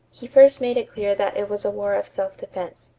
he first made it clear that it was a war of self-defense.